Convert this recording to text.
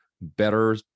better